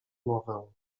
mowę